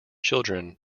children